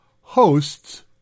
hosts